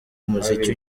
umuziki